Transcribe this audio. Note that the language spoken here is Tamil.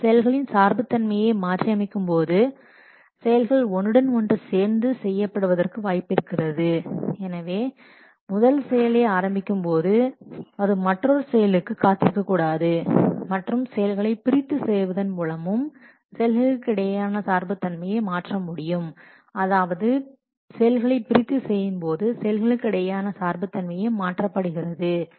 நீங்கள் செயல்களின் சார்பு தன்மையை மாற்றி அமைக்கும்போது செயல்கள் ஒன்றுடன் ஒன்று சேர்ந்து செய்யப்படுவதற்கு வாய்ப்பிருக்கிறது எனவே முதல் செயலை ஆரம்பிக்கும்போது அது மற்றொரு செயலுக்கு காத்திருக்கக் கூடாது மற்றும் செயல்களை பிரித்து செய்வதன் மூலமும் செயல்களுக்கு இடையேயான சார்பு தன்மையை மாற்ற முடியும் அதாவது செயல்களை பிரித்து செய்யும்போது செயல்களுக்கு இடையேயான சார்புத் தன்மையும் மாற்றப்படுகிறது